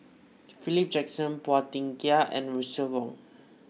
Philip Jackson Phua Thin Kiay and Russel Wong